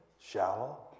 shallow